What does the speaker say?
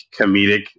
comedic